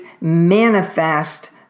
manifest